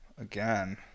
Again